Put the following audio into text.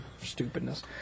Stupidness